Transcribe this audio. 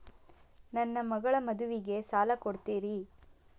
ನನ್ನ ಮಗಳ ಮದುವಿಗೆ ಸಾಲ ಕೊಡ್ತೇರಿ?